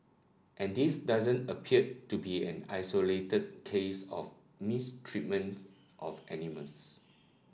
and this doesn't appear to be an isolated case of mistreatment of animals